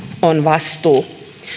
on vastuu